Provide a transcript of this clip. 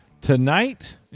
tonight